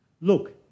look